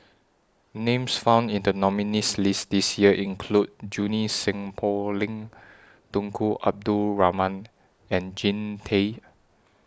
Names found in The nominees' list This Year include Junie Sng Poh Leng Tunku Abdul Rahman and Jean Tay